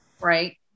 right